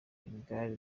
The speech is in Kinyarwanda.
ntibwari